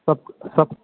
सब सब